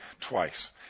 twice